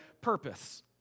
purpose